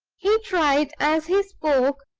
he tried, as he spoke,